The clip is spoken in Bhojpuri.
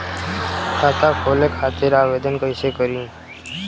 खाता खोले खातिर आवेदन कइसे करी?